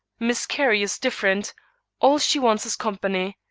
miss carrie is different all she wants is company.